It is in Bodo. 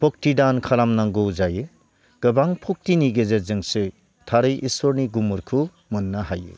भक्ति दान खामनांगौ जायो गोबां भक्तिनि गेजेरजोंसो थारै इसोरनि गुमुरखौ मोननो हायो